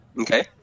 Okay